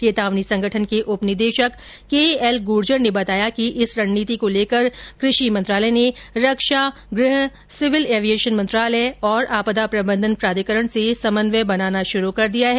चेतावनी संगठन के उप निदेशक केएल गुर्जर ने बताया कि इस रणनीति को लेकर कृषि मंत्रालय ने रक्षा गृह सिविल एविएशन मंत्रालय और आपदा प्रबंधन प्राधिकरण से समन्वय बनाना शुरू कर दिया है